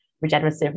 regenerative